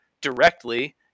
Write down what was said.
directly